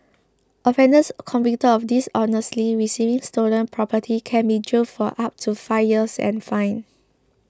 offenders convicted of dishonestly receiving stolen property can be jailed for up to five years and fined